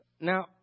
now